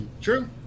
True